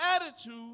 attitude